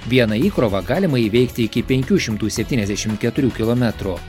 viena įkrova galima įveikti iki penkių šimtų septyniasdešim keturių kilometrų